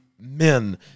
men